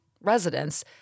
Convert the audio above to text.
residents